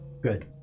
Good